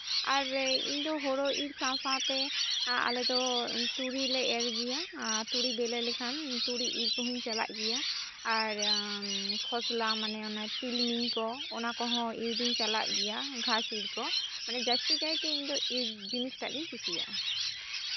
ᱟᱨ ᱤᱧᱫᱚ ᱦᱩᱲᱩ ᱤᱨ ᱥᱟᱶ ᱥᱟᱶᱛᱮ ᱟᱞᱮᱫᱚ ᱛᱩᱲᱤᱞᱮ ᱮᱨ ᱜᱮᱭᱟ ᱟᱨ ᱛᱩᱲᱤ ᱵᱤᱞᱤ ᱞᱮᱱᱠᱷᱟᱱ ᱛᱩᱲᱤ ᱤᱨ ᱠᱚᱦᱚᱸᱧ ᱪᱟᱞᱟᱜ ᱜᱮᱭᱟ ᱟᱨ ᱠᱷᱚᱥᱞᱟ ᱢᱟᱱᱮ ᱛᱤᱞᱢᱤᱧ ᱠᱚ ᱚᱱᱟ ᱠᱚᱦᱚᱸ ᱤᱨ ᱫᱚᱧ ᱪᱟᱞᱟᱜ ᱜᱮᱭᱟ ᱜᱷᱟᱥ ᱤᱨ ᱠᱚ ᱢᱟᱱᱮ ᱡᱟᱹᱥᱛᱤ ᱠᱟᱭᱛᱮ ᱤᱧᱫᱚ ᱤᱨ ᱡᱤᱱᱤᱥᱴᱟ ᱜᱤᱧ ᱠᱩᱥᱤᱭᱟᱜᱼᱟ